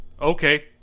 okay